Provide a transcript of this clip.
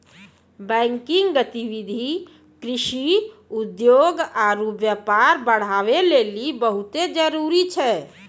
banking गतिविधि कृषि, उद्योग आरु व्यापार बढ़ाबै लेली बहुते जरुरी छै